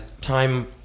time